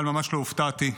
אבל ממש לא הופתעתי.